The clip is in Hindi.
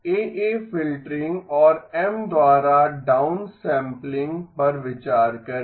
AA फ़िल्टरिंग और M द्वारा डाउनसैंपलिंग पर विचार करें